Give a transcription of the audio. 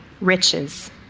riches